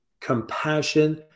Compassion